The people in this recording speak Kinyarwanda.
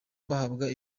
bahabwa